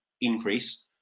increase